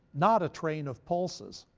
not a train of pulses.